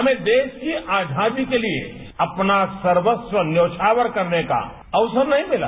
हमें देश की आजादी के लिए अपना सर्वस्व न्यौष्ठावर करने का अवसर नहीं मिला